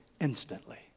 instantly